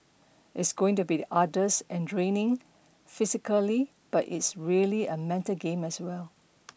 it's going to be the arduous and draining physically but it's really a mental game as well